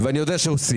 ואני יודע שעושים.